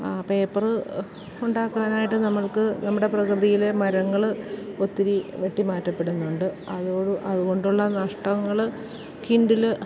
paper ഉണ്ടാക്കാനായിട്ട് നമ്മള്ക്ക് നമ്മളുടെ പ്രകൃതിയിലെ മരങ്ങള് ഒത്തിരി വെട്ടിമാറ്റപ്പെടുന്നുണ്ട് അതുകൊ അതുകൊണ്ടുള്ള നഷ്ടങ്ങള് കിൻഡില്